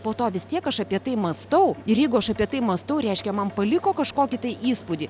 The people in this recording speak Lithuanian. po to vis tiek aš apie tai mąstau ir jeigu aš apie tai mąstau reiškia man paliko kažkokį tai įspūdį